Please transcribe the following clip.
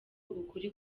ukuri